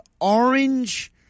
orange